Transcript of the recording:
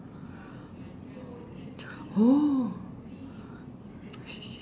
oh